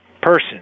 person